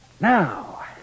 Now